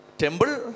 temple